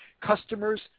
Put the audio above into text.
customers